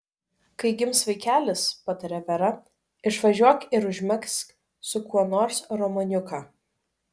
kai gims vaikelis patarė vera išvažiuok ir užmegzk su kuo nors romaniuką